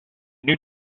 new